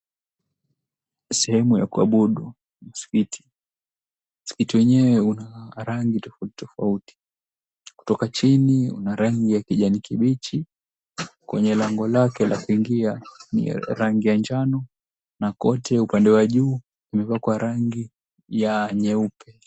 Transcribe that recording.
Sehemu ya kuabudu, msikiti. Msikiti wenyewe una rangi tofauti tofauti. Kutoka chini una rangi ya kijani kibichi, kwenye lango lake la kuingia ni rangi ya njano na kote upande wa juu umepakwa rangi ya nyeupe.